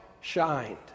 shined